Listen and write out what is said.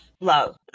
Love